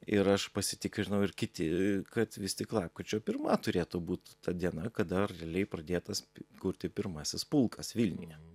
ir aš pasitikrinau ir kiti kad vis tik lapkričio pirma turėtų būt ta diena kada realiai pradėtas kurti pirmasis pulkas vilniuje